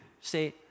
say